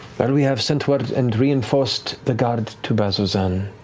we have sent word and reinforced the guard to bazzoxan.